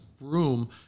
room